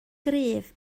gryf